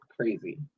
crazy